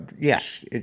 yes